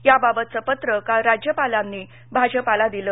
याबाबतचं पत्र काल राज्यपालांनी भाजपाला दिलं